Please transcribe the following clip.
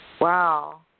Wow